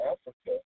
Africa